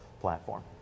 platform